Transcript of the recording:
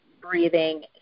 breathing